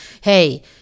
hey